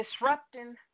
disrupting